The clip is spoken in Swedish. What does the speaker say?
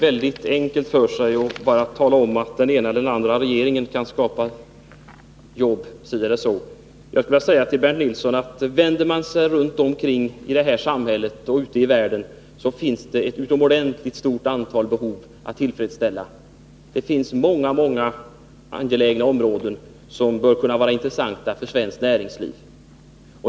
Fru talman! Att bara tala om att den ena eller den andra regeringen kan skapa jobb så eller så är att göra det väldigt enkelt för sig. Jag skulle vilja säga till Bernt Nilsson att ser man sig omkring i vårt samhälle och ute i världen, så kan man konstatera att det finns ett utomordentligt stort antal behov att tillfredsställa. Det finns många, många angelägna områden som bör kunna vara intressanta för svenskt näringsliv.